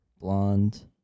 Blonde